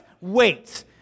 wait